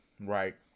right